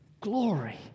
glory